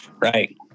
Right